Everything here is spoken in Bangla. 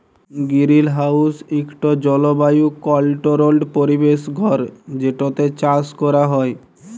গিরিলহাউস ইকট জলবায়ু কলট্রোল্ড পরিবেশ ঘর যেটতে চাষ ক্যরা হ্যয়